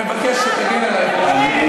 אני מבקש שתגן עלי פה,